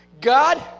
God